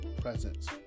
presence